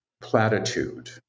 platitude